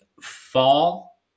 fall